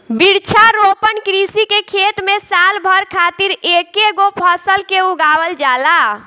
वृक्षारोपण कृषि के खेत में साल भर खातिर एकेगो फसल के उगावल जाला